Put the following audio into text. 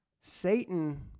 Satan